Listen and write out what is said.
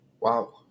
Wow